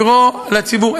לקרוא לציבור.